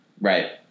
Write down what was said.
Right